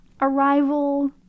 arrival